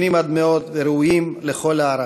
וראויים לכל הערכה.